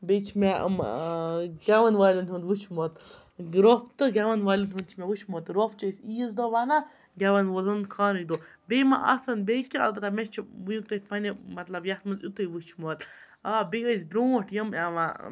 بیٚیہِ چھِ مےٚ یِم گٮ۪وَن والٮ۪ن ہُند وُچھمُت روٛف تہٕ گٮ۪وَن والٮ۪ن ہُنٛد چھُ مےٚ وُچھمُت روٚف چھِ أسۍ عیذ دۄہ وَنان گٮ۪وَن والٮ۪ن خاندرٕ دۄہ بیٚیہِ ما آسَن بیٚیہِ کیٚںٛہہ البَتاہ مےٚ چھُ وُنیٛکُ تانۍ پَننہِ مطلب یِتھ منٛز یِتوے وُچھمُت آ بیٚیہِ ٲسۍ برونٹھ یِم یِوان